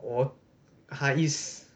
我还 s~